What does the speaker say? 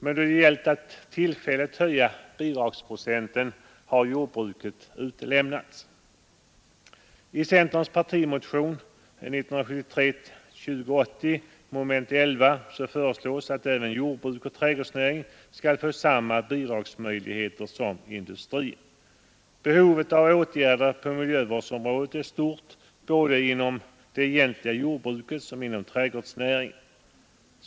Men då det gällt att tillfälligt höja bidragsprocenten har jordbruket utelämnats. I centerns partimotion nr 2087, mom. 11, föreslås att jordbruk och trädgårdsnäring skall få samma bidragsmöjligheter som industrin. Behovet av åtgärder på miljövårdsområdet är stort både inom det egentliga jordbruket och inom trädgårdsnäringen.